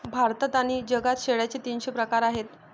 भारतात आणि जगात शेळ्यांचे तीनशे प्रकार आहेत